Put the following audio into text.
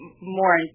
more